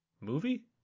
Movie